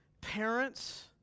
Parents